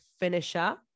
finisher